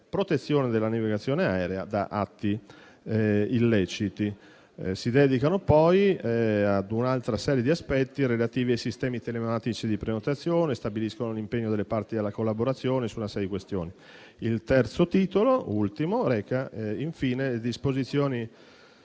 protezione della navigazione aerea da atti illeciti. Si dedicano poi ad un'altra serie di aspetti relativi ai sistemi telematici di prenotazione e stabiliscono l'impegno delle parti alla collaborazione su una serie di questioni. Il Titolo III reca, infine, le disposizioni